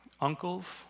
uncles